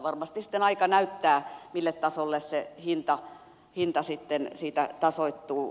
varmasti sitten aika näyttää mille tasolle se hinta siitä tasoittuu